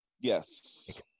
Yes